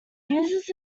users